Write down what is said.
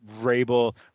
Rabel